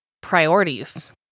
priorities